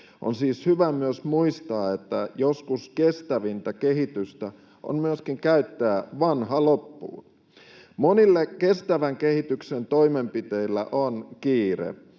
On siis hyvä myös muistaa, että joskus kestävintä kehitystä on käyttää vanha loppuun. Monilla kestävän kehityksen toimenpiteillä on kiire,